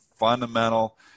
fundamental